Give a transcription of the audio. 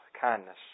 kindness